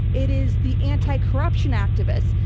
it is the anti-corruption activists,